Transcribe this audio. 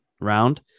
round